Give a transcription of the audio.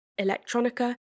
electronica